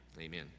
Amen